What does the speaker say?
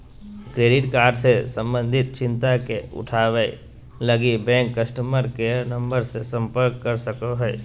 credit card से संबंधित चिंता के उठावैय लगी, बैंक कस्टमर केयर नम्बर से संपर्क कर सको हइ